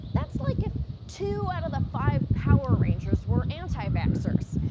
that's like if two out of the five power rangers were anti-vaxers,